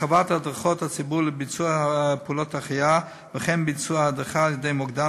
הרחבת הדרכות הציבור לביצוע פעולות החייאה וכן ביצוע הדרכה על-ידי מוקדן